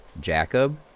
Jacob